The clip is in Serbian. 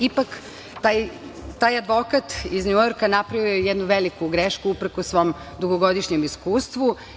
Ipak, taj advokat iz Njujorka napravio je jednu veliku grešku uprkos svom dugogodišnjem iskustvu.